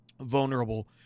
vulnerable